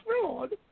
fraud